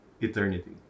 eternity